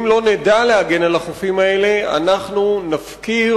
אם לא נדע להגן על החופים האלה אנחנו נפקיר